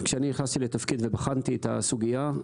כשאני נכנסתי לתפקיד ובחנתי את הסוגיה,